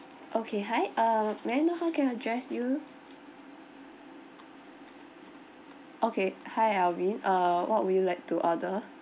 okay hi uh may I know how can I address you okay hi alvin err what would you like to order